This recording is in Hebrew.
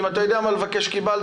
אם אתה יודע מה לבקש קיבלת,